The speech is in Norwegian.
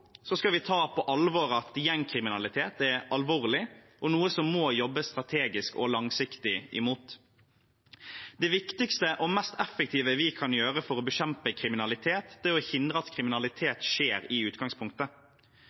skal vi ta på alvor at gjengkriminalitet er alvorlig og noe det må jobbes strategisk og langsiktig imot. Det viktigste og mest effektive vi kan gjøre for å bekjempe kriminalitet, er å hindre at kriminalitet skjer i utgangspunktet.